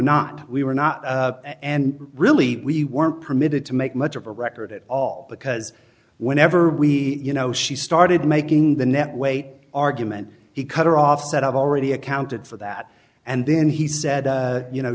not we were not and really we weren't permitted to make much of a record at all because whenever we you know she started making the net weight argument he cut her off said i've already accounted for that and then he said you know